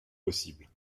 possible